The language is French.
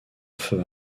feu